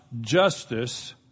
justice